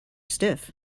stiff